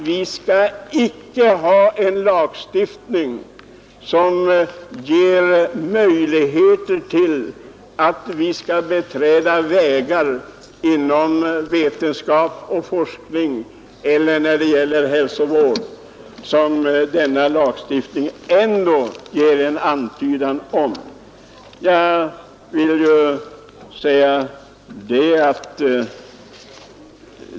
Vi skall icke ha en lagstiftning som ger möjligheter att beträda sådana vägar när det gäller hälsovården som denna lagstiftning ger antydan om.